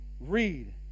Read